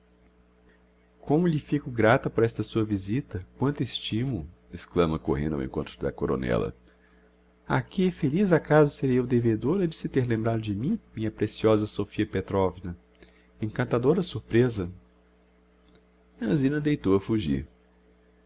como lhe fico grata por esta sua visita quanto estimo exclama correndo ao encontro da coronela a que feliz acaso serei eu devedora de se ter lembrado de mim minha preciosa sofia petrovna encantadora surpreza a zina deitou a fugir